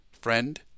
Friend